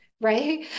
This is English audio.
right